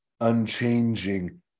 unchanging